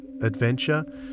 adventure